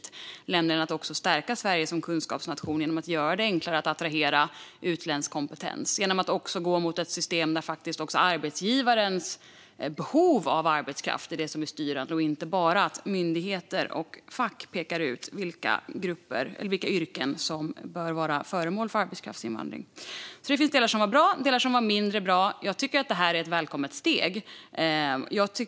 Det handlar om att stärka Sverige som kunskapsnation genom att göra det enklare att attrahera utländsk kompetens och om att gå mot ett system där faktiskt också arbetsgivarens behov av arbetskraft är styrande, så att det inte bara är myndigheter och fack som pekar ut vilka yrken som bör vara föremål för arbetskraftsinvandring. Det finns delar som var bra och delar som var mindre bra. Jag tycker att detta är ett välkommet steg.